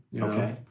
okay